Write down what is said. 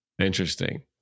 Interesting